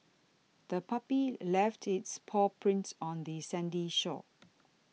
the puppy left its paw prints on the sandy shore